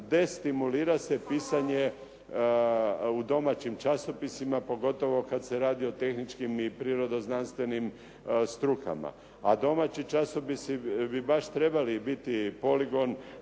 Destimulira se pisanje u domaćim časopisima pogotovo kad se radi o tehničkim i prirodoznanstvenim strukama a domaći časopisi bi baš trebali biti poligon